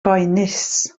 boenus